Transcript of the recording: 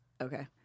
okay